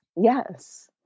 Yes